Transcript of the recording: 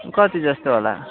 कति जस्तो होला